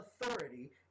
authority